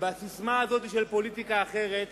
ובססמה הזאת, של "פוליטיקה אחרת",